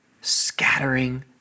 scattering